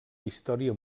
història